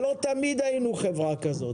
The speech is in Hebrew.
לא תמיד היינו חברה כזו.